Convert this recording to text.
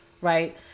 right